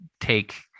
take